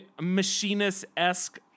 machinist-esque